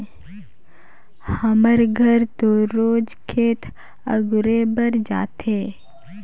हमर घर तो रोज खेत अगुरे बर जाथे